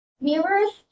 mirrors